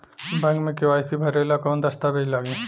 Bank मे KYC भरेला कवन दस्ता वेज लागी?